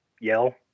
yell